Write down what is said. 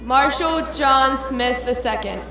marshall john smith the second